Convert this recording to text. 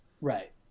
Right